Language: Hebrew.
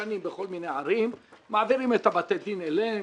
ישנים בכל מיני ערים, מעבירים את בתי הדין אליהם.